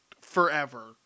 forever